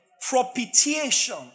propitiation